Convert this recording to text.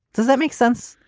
does that make sense?